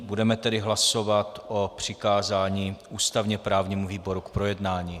Budeme tedy hlasovat o přikázání ústavněprávnímu výboru k projednání.